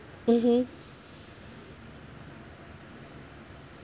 mmhmm